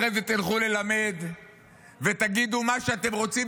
אחרי זה תלכו ללמד ותגידו מה שאתם רוצים,